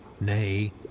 Nay